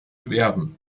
werden